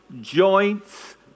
joints